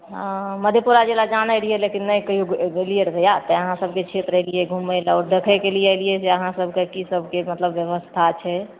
हँ मधेपुरा जिला जानै रहियै लेकिन नहि कहियौ गेलियै रहए तऽ अहाँ सबके क्षेत्र अयलियै घुमै लए आओर देखैके लिए अयलियै जे अहाँ सबके कि सबके मतलब व्यवस्था छै